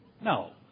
No